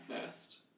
first